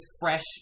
fresh